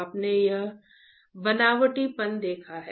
आपने यह बनावटीपन देखा है